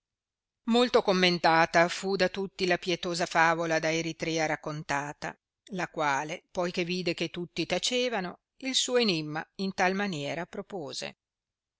molto commendata fu da tutti la pietosa favola da eritrea raccontata la quale poi che vide che tutti tacevano il suo enimma in tal maniera propose